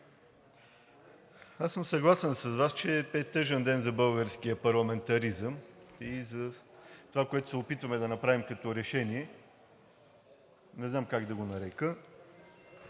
Аз съм съгласен с Вас, че е тъжен ден за българския парламентаризъм и за това, което се опитваме да направим като решение – не знам как да го нарека,